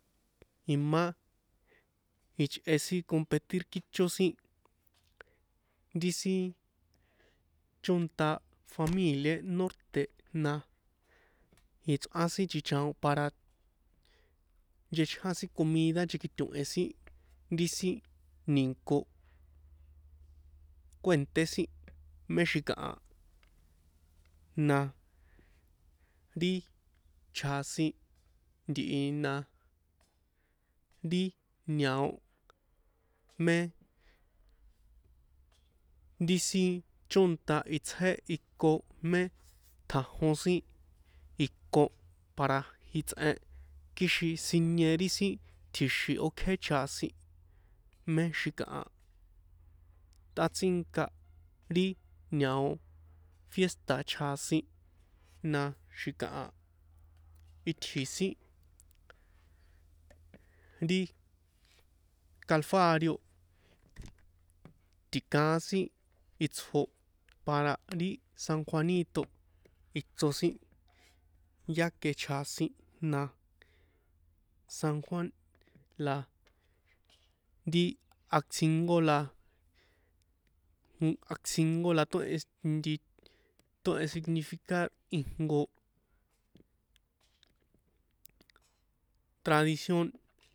Imá ichꞌe sin competir kícho sin ri sin chónta familié norte̱ na ichrꞌá sin chichaon para nchechján sin comida nchekito̱he sin ri sin ni̱nko kuènté sin mé xi̱kaha na ri chjasin ntihi na ri ñao mé ri sin chónta itsjé iko mé tjajon sin iko para itsꞌen kixin sinie ri sin tji̱xi̱n ókjé chjasin mé xi̱kaha tꞌatsínka ri ñao fiésta̱ chjasin na xi̱kaha itji̱ sin ri calfario ti̱kaán sin itsjo para ri san juanito ichro sin yá que chjasin na san juan la ri aczingo la nk to nti tóhen significar ijnko tradición.